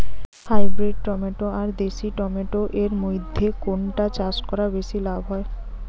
Hybrid tomato আর দেশি tomato এর মইধ্যে কোনটা চাষ করা বেশি লাভ হয়?